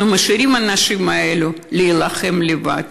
אנחנו משאירים את האנשים האלה להילחם לבד.